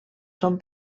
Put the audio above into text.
són